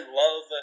love